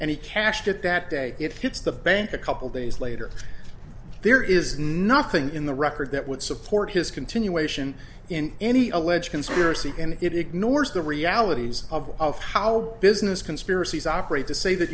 he cashed it that day if it's the bank a couple days later there is nothing in the record that would support his continuation in any alleged conspiracy and it ignores the realities of of how business conspiracies operate to say that